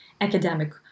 academic